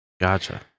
Gotcha